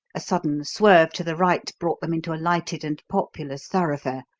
a sudden swerve to the right brought them into a lighted and populous thoroughfare.